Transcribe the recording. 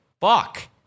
Fuck